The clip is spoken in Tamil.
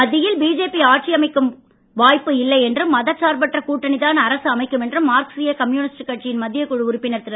மத்தியில் பிஜேபி ஆட்சி அமைக்கும் வாய்ப்பு இல்லை என்றும் மதசார்பற்ற கூட்டணி தான் அரசு அமைக்கும் என்றும் மார்க்சிஸ்ய கம்யூனிஸ்டு கட்சியின் மத்திய குழு உறுப்பினர் திரு